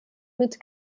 mit